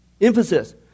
emphasis